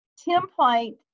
template